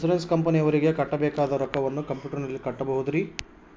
Insurance ಕಂಪನಿಯವರಿಗೆ ಕಟ್ಟಬೇಕಾದ ರೊಕ್ಕವನ್ನು ಕಂಪ್ಯೂಟರನಲ್ಲಿ ಕಟ್ಟಬಹುದ್ರಿ?